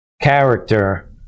character